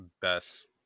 best